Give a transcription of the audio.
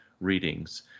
readings